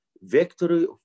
victory